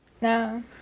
No